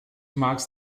marks